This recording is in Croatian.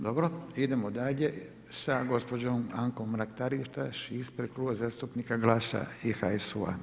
Dobro, idemo dalje sa gospođom Ankom Mrak-Taritaš ispred Kluba zastupnika GLAS-a i HSU-a.